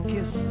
Kiss